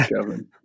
Kevin